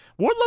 Wardlow